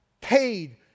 paid